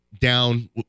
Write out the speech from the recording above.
down